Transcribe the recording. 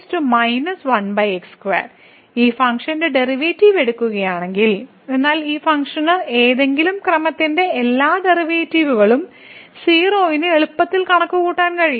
ഞാൻ ഈ ഫംഗ്ഷന്റെ ഡെറിവേറ്റീവ് എടുക്കുകയാണെങ്കിൽ എന്നാൽ ഈ ഫംഗ്ഷന്റെ ഏതെങ്കിലും ക്രമത്തിന്റെ എല്ലാ ഡെറിവേറ്റീവുകളും 0 ന് എളുപ്പത്തിൽ കണക്കുകൂട്ടാൻ കഴിയും